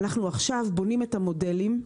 ואנחנו עכשיו בונים את המודלים.